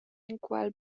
enqual